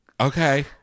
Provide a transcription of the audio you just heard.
Okay